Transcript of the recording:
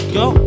go